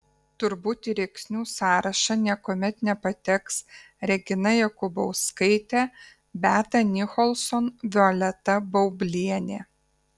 turbūt į rėksnių sąrašą niekuomet nepateks regina jokubauskaitė beata nicholson violeta baublienė